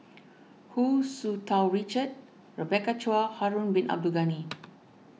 Hu Tsu Tau Richard Rebecca Chua Harun Bin Abdul Ghani